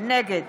נגד